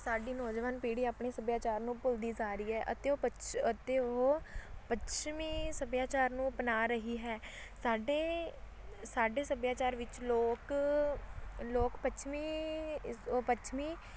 ਸਾਡੀ ਨੌਜਵਾਨ ਪੀੜ੍ਹੀ ਆਪਣੇ ਸੱਭਿਆਚਾਰ ਨੂੰ ਭੁੱਲਦੀ ਜਾ ਰਹੀ ਹੈ ਅਤੇ ਉਹ ਪੱਛ ਅਤੇ ਉਹ ਪੱਛਮੀ ਸੱਭਿਆਚਾਰ ਨੂੰ ਅਪਣਾ ਰਹੀ ਹੈ ਸਾਡੇ ਸਾਡੇ ਸੱਭਿਆਚਾਰ ਵਿੱਚ ਲੋਕ ਲੋਕ ਪੱਛਮੀ ਪੱਛਮੀ